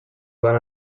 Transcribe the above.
van